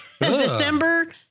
December